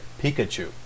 Pikachu